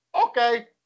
Okay